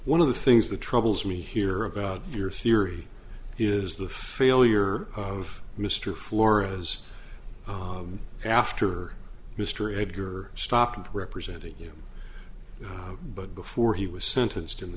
one of the things that troubles me here about your theory is the failure of mr flores after mr edgar stopped representing you but before he was sentenced in the